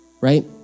Right